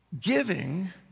giving